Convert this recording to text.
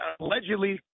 allegedly